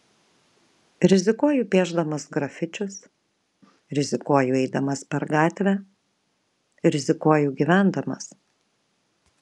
rizikuoju piešdamas grafičius rizikuoju eidamas per gatvę rizikuoju gyvendamas